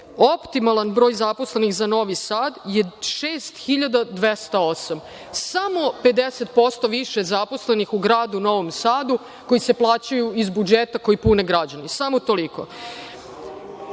Optimalan broj zaposlenih za Novi Sad je 6.208. Samo 50% više zaposlenih u Gradu Novom Sadu, koji se plaćaju iz budžeta koji pune građani, samo toliko.